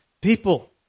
people